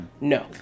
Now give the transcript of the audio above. No